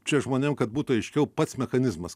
čia žmonėm kad būtų aiškiau pats mechanizmas